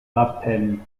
wappen